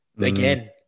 Again